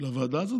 לוועדה הזאת.